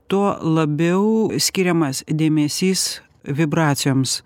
tuo labiau skiriamas dėmesys vibracijoms